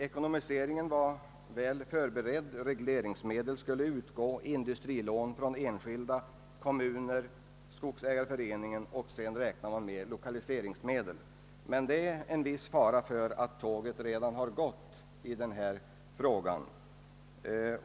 Ekonomiseringen var väl förberedd, regleringsmedel skulle utgå liksom industrilån från enskilda, kommuner och skogsägareföreningen. Man räknade också med lokaliseringsmedel, men det finns en viss risk för att tåget redan har gått.